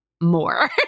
more